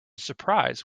surprise